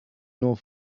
nur